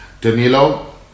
Danilo